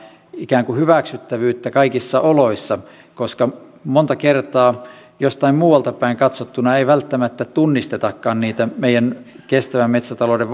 ikään kuin hyväksyttävyyttä kaikissa oloissa koska monta kertaa jostain muualta päin katsottuna ei välttämättä tunnistetakaan niitä meidän kestävän metsätalouden